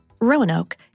Roanoke